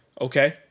okay